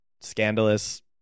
scandalous